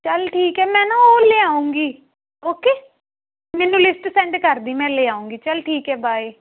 ਚਲ ਠੀਕ ਹੈ ਮੈਂ ਨਾ ਉਹ ਲਿਆਉਂਗੀ ਓਕੇ ਮੈਨੂੰ ਲਿਸਟ ਸੈਂਡ ਕਰ ਦੀ ਮੈਂ ਲੈ ਆਉਂਗੀ ਚਲ ਠੀਕ ਹੈ ਬਾਏ